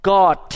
God